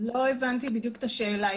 לא הבנתי בדיוק את השאלה.